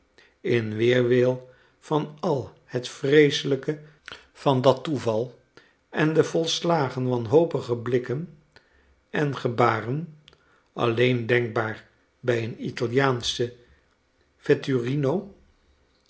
in weerwil van al het vreeselijke van dat toeval en de volslagen wanhopige blikken en gebaren alleen denkbaar bij een italiaanschen